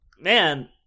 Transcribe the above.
man